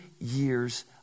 years